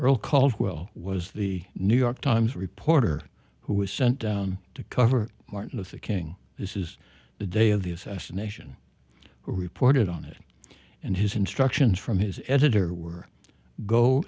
earl caldwell was the new york times reporter who was sent to cover martin luther king this is the day of the assassination reported on it and his instructions from his editor were go